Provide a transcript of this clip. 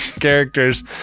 characters